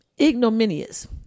ignominious